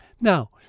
Now